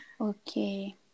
Okay